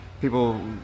people